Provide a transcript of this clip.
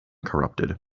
corrupted